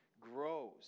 grows